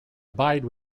abide